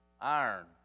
iron